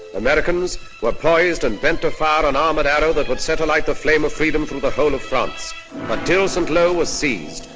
americans were poised and bent to fire armored and um but arrow that would set alight the flame of freedom from the whole of france. but until saint-lo was seized,